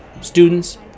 students